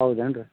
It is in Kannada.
ಹೌದೇನ್ರೀ